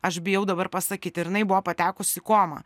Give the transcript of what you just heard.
aš bijau dabar pasakyt ir jinai buvo patekus į komą